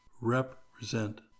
represent